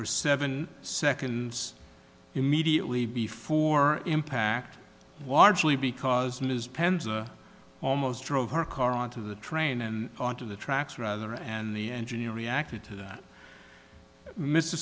for seven seconds immediately before impact huard julie because ms penza almost drove her car onto the train and onto the tracks rather and the engineer reacted to that mr